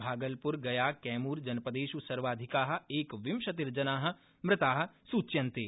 भागलपुर गया कैमूर जनपदेषु सर्वाधिका एकविंशतिर्जना मृता सूच्यन्ते